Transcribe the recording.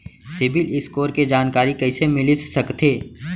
CIBIL score के जानकारी कइसे मिलिस सकथे?